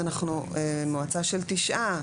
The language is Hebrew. אם אנחנו מועצה של תשעה,